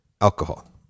alcohol